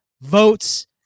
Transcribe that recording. votes